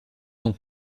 sont